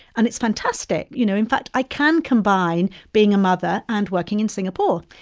and it's fantastic. you know, in fact, i can combine being a mother and working in singapore.